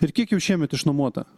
ir kiek jau šiemet išnuomota